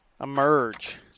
emerge